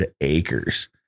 acres